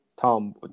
Tom